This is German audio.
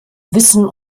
wissen